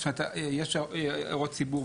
יש הערות ציבור,